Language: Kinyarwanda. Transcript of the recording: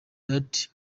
that